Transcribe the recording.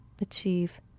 achieve